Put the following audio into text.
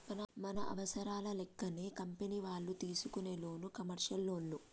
మన అవసరాల లెక్కనే కంపెనీ వాళ్ళు తీసుకునే లోను కమర్షియల్ లోన్లు